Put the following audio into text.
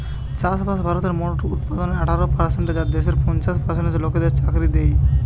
চাষবাস ভারতের মোট উৎপাদনের আঠারো পারসেন্ট আর দেশের পঞ্চাশ পার্সেন্ট লোকদের চাকরি দ্যায়